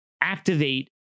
activate